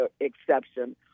exception